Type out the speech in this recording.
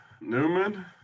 Newman